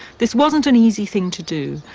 this wasn't an easy thing to do.